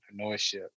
entrepreneurship